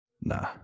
Nah